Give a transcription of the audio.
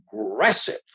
aggressive